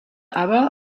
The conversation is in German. aber